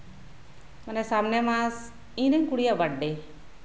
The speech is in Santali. ᱢᱟᱱᱮ ᱥᱟᱢᱱᱮᱨ ᱢᱟᱥ ᱤᱧᱨᱮᱱ ᱠᱩᱲᱤᱭᱟᱜ ᱵᱟᱨᱛᱷᱰᱮ